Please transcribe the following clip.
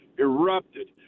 erupted